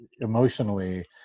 emotionally